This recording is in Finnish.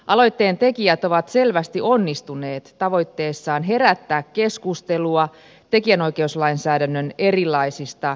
aloitteen tekijät ovat selvästi onnistuneet tavoitteessaan herättää keskustelua tekijänoikeuslainsäädännön erilaisista kehittämistarpeista